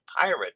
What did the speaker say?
pirate